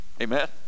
amen